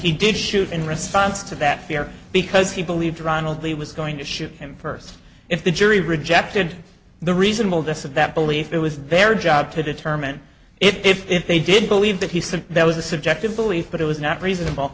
he did shoot in response to that fear because he believed ronald lee was going to shoot him first if the jury rejected the reasonable this of that belief it was their job to determine if they did believe that he said that was a subjective belief that it was not reasonable